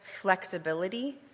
flexibility